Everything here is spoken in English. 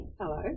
Hello